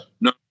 no